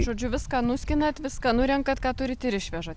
žodžiu viską nuskinat viską nurenkat ką turit ir išvežat